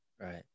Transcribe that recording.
Right